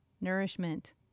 nourishment